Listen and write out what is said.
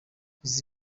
izi